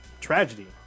tragedy